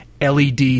LED